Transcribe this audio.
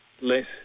less